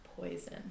Poison